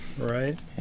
Right